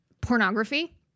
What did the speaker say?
Pornography